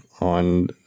on